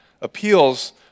appeals